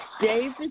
David